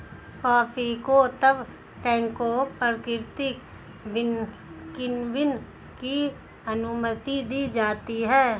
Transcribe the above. coffee को तब टैंकों प्राकृतिक किण्वन की अनुमति दी जाती है